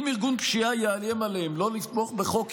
אם ארגון פשיעה יאיים עליהם לא לתמוך בחוק,